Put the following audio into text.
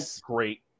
great